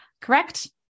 correct